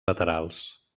laterals